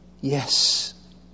Yes